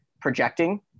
projecting